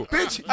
Bitch